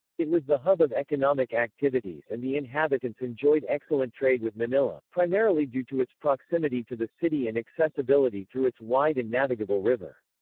it was the hub of economic activities and the inhabitants enjoyed excellent trade with manila, primarily due to its proximity to the city and accessibility through its wide and navigable river.